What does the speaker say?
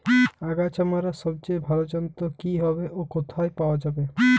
আগাছা মারার সবচেয়ে ভালো যন্ত্র কি হবে ও কোথায় পাওয়া যাবে?